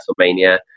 WrestleMania